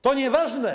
To nieważne.